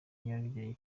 nyarugenge